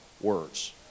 words